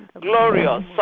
glorious